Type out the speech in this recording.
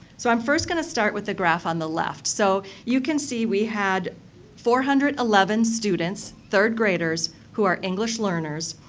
so, i'm first going to start with the graph on the left. so, you can see we had four hundred and eleven students, third-graders, who are english learners.